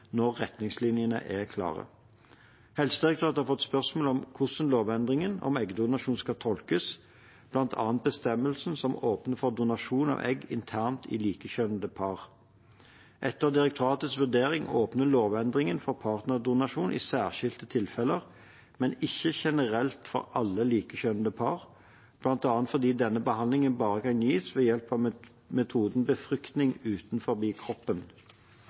når retningslinjene er klare. Helsedirektoratet har fått spørsmål om hvordan lovendringen om eggdonasjon skal tolkes, bl.a. bestemmelsen som åpner for donasjon av egg internt i likekjønnete par. Etter direktoratets vurdering åpner lovendringen for partnerdonasjon i særskilte tilfeller, men ikke generelt for alle likekjønnete par, bl.a. fordi denne behandlingen bare kan gis ved hjelp av metoden befruktning utenfor kroppen. Befruktning utenfor kroppen